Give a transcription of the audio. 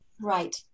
Right